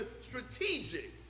strategic